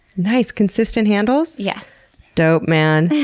nice. consistent handles? yes dope, man.